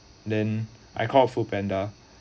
then I called food panda